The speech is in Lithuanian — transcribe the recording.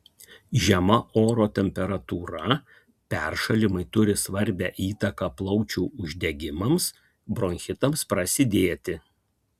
žema oro temperatūra peršalimai turi svarbią įtaką plaučių uždegimams bronchitams prasidėti